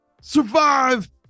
Survive